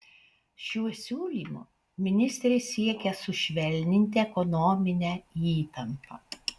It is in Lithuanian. šiuo siūlymu ministrė siekia sušvelninti ekonominę įtampą